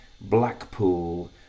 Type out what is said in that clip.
Blackpool